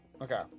Okay